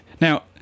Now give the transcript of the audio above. Now